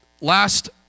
Last